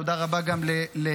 תודה רבה גם למירי.